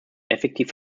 effektiv